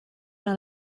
vers